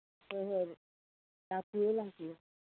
ꯍꯣꯏ ꯍꯣꯏ ꯂꯥꯛꯄꯤꯌꯨ ꯂꯥꯛꯄꯤꯌꯨ